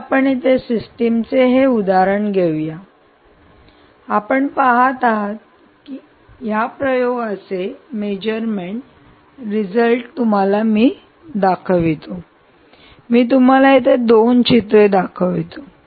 तर आपण येथे सिस्टमचे हे उदाहरण घेऊया की आपण पहात आहात आणि या प्रयोगाचे मेजरमेंट रिझल्ट मी तुम्हाला दर्शवितो मी तुम्हाला येथे दोन चित्रे दर्शवितो